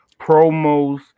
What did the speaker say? Promos